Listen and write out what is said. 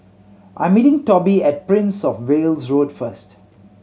I am meeting Toby at Prince Of Wales Road first